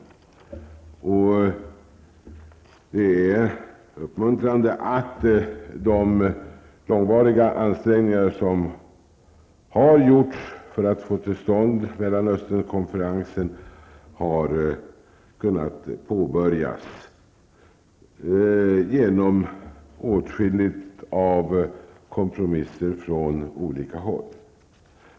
Det är uppmuntrande att de långvariga ansträngningarna har lett till att Mellanösternkonferensen har kunnat påbörjas, genom åtskilliga kompromisser från olika håll.